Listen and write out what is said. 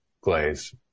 Glaze